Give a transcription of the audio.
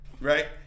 right